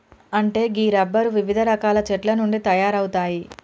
అంటే గీ రబ్బరు వివిధ రకాల చెట్ల నుండి తయారవుతాయి